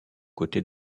côtés